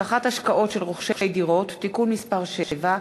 (הבטחת השקעות של רוכשי דירות) (תיקון מס' 7),